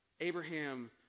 Abraham